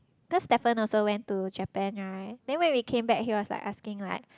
cause Stephen also went to Japan right then when we came back he was like asking like